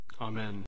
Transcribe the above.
Amen